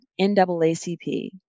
NAACP